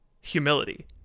humility